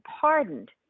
pardoned